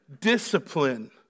discipline